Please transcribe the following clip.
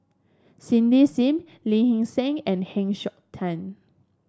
Cindy Sim Lee Hee Seng and Heng Siok Tian